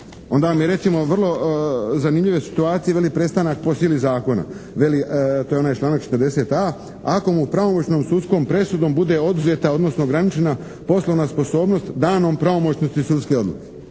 Onda vam je recimo vrlo zanimljive situacije veli prestanak po sili zakona. Veli, to je onaj članak 40a: «Ako mu pravomoćnom sudskom presudom bude oduzeta odnosno ograničena poslovna sposobnost danom pravomoćnosti sudske odluke.».